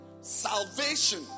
salvation